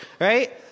Right